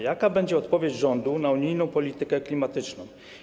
Jaka będzie odpowiedź rządu na unijną politykę klimatyczną?